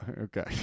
Okay